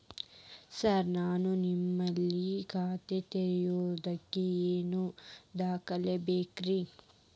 Sir ನಾನು ನಿಮ್ಮಲ್ಲಿ ಖಾತೆ ತೆರೆಯುವುದಕ್ಕೆ ಏನ್ ದಾಖಲೆ ಬೇಕ್ರಿ?